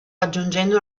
aggiungendo